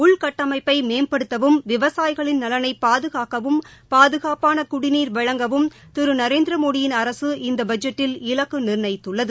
உள்கட்டமைப்பை மேம்படுத்தவும் விவசாயிகளின் நலனை பாதுகாக்கவும் பாதுகாப்பான குடிநீர் வழங்கவும் திரு நரேந்திரமோடியின் அரசு இந்த பட்ஜெட்டில் இலக்கு நிர்ணயித்துள்ளது